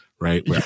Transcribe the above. Right